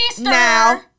Now